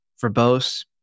verbose